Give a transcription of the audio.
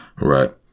Right